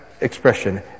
expression